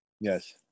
Yes